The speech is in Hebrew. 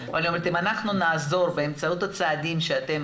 אבל אני אומרת שאם אנחנו נעזור באמצעות הצעדים שאתם